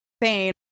pain